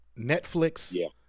Netflix